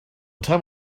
time